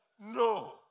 no